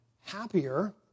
happier